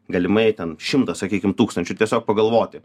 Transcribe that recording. galimai ten šimtą sakykim tūkstančių tiesiog pagalvoti